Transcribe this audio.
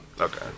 Okay